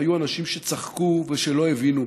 והיו אנשים שצחקו ושלא הבינו.